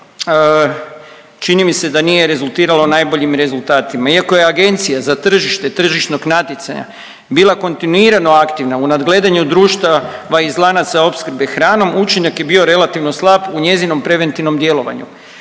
žalost čini mi se da nije rezultiralo najboljim rezultatima iako je Agencija za tržište tržišnog natjecanja bila kontinuirano aktivna u nadgledanju društava iz lanaca opskrbe hranom učinak je bio relativno slab u njezinom preventivnom djelovanju.